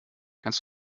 kannst